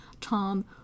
tom